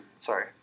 Sorry